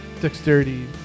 dexterity